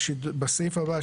בסעיף הבא,